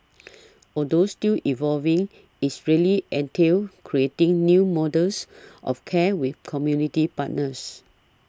although still evolving is really entails creating new models of care with community partners